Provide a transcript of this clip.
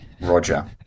roger